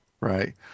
right